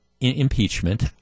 impeachment